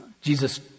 Jesus